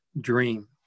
dream